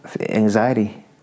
anxiety